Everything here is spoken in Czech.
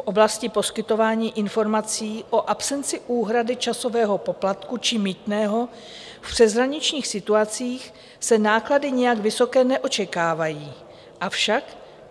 V oblasti poskytování informací o absenci úhrady časového poplatku či mýtného v přeshraničních situacích se náklady nijak vysoké neočekávají, avšak